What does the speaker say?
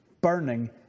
burning